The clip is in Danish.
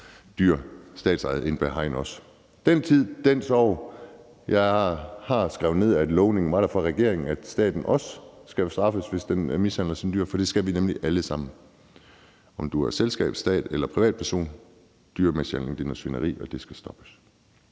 lukke statsejede dyr inde bag hegn – den tid, den sorg. Jeg har skrevet ned, at lovningen fra regeringen er, at staten også skal straffes, hvis den mishandler sine dyr, for det skal vi nemlig alle sammen. Om du er et selskab, staten eller en privatperson: Dyremishandling er noget svineri, og det skal stoppes.